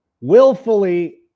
willfully